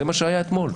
זה מה שהיה אתמול.